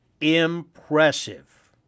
Impressive